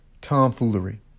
tomfoolery